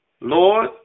Lord